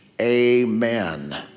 Amen